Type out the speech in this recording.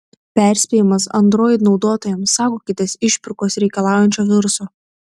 perspėjimas android naudotojams saugokitės išpirkos reikalaujančio viruso